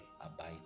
abide